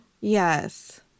Yes